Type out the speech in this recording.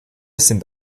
sind